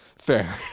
Fair